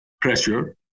pressure